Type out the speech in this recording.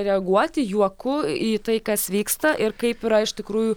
reaguoti juoku į tai kas vyksta ir kaip yra iš tikrųjų